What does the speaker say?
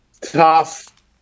tough